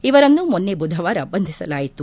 ಇವರನ್ನು ಮೊನ್ನೆ ಬುಧವಾರ ಬಂಧಿಸಲಾಯಿತು